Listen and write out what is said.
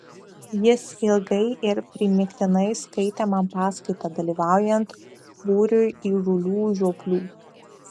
jis ilgai ir primygtinai skaitė man paskaitą dalyvaujant būriui įžūlių žioplių